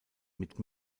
mit